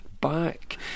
back